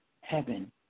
heaven